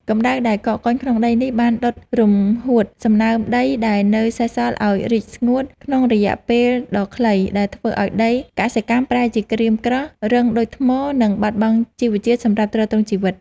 កម្ដៅដែលកកកុញក្នុងដីនេះបានដុតរំហួតសំណើមដីដែលនៅសេសសល់ឱ្យរីងស្ងួតក្នុងរយៈពេលដ៏ខ្លី ដែលធ្វើឱ្យដីកសិកម្មប្រែជាក្រៀមក្រោះ រឹងដូចថ្ម និងបាត់បង់ជីវជាតិសម្រាប់ទ្រទ្រង់ជីវិត។